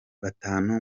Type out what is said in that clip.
batanu